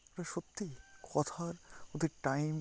পুরো সত্যি কথার ওদের টাইম